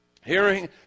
Hearing